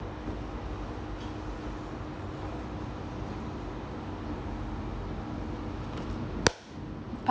part